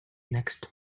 next